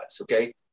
Okay